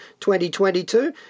2022